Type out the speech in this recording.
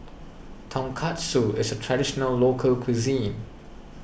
Tonkatsu is a Traditional Local Cuisine